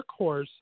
Workhorse